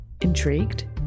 Intrigued